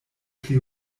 pli